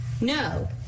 No